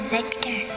Victor